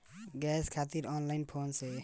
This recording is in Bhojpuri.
गॅस खातिर ऑनलाइन फोन से पेमेंट कैसे करेम?